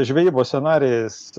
žvejybos scenarijais